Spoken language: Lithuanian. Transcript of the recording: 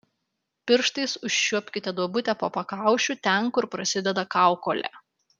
pirštais užčiuopkite duobutę po pakaušiu ten kur prasideda kaukolė